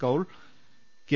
Kaul K